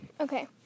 Okay